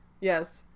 Yes